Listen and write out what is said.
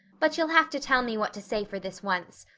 but you'll have to tell me what to say for this once.